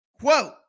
Quote